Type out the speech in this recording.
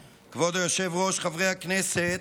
היושב-ראש, חברי הכנסת,